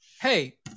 hey